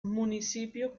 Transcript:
municipio